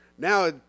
Now